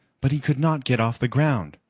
but he could not get off the ground.